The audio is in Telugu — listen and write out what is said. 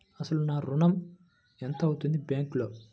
అసలు నా ఋణం ఎంతవుంది బ్యాంక్లో?